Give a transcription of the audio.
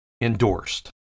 endorsed